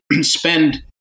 spend